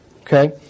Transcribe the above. Okay